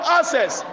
access